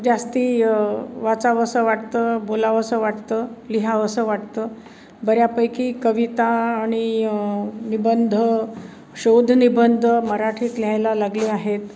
जास्त वाचावंसं वाटतं बोलावंसं वाटतं लिहावंसं वाटतं बऱ्यापैकी कविता आणि निबंध शोधनिबंध मराठीत लिहायला लागले आहेत